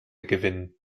gewinnen